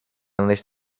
unless